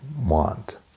want